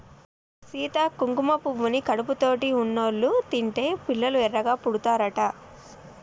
సీత కుంకుమ పువ్వుని కడుపుతోటి ఉన్నోళ్ళు తింటే పిల్లలు ఎర్రగా పుడతారట